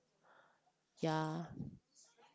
yeah